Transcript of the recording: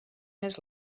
més